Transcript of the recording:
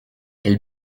elle